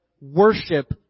worship